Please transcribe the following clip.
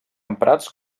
emprats